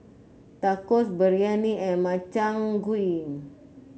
Tacos Biryani and Makchang Gui